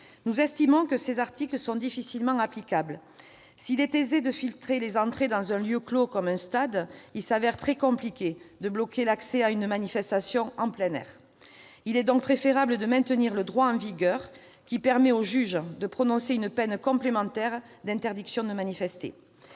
nous estimons que ces articles sont difficilement applicables. S'il est aisé de filtrer les entrées dans un lieu clos comme un stade, il s'avère très compliqué de bloquer l'accès à une manifestation en plein air. Il est donc préférable de maintenir le droit en vigueur, qui permet au juge de prononcer une peine complémentaire d'interdiction de manifester.